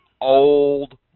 old